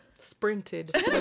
Sprinted